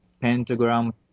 pentagram